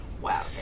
wow